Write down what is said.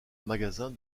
magasin